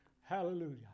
Hallelujah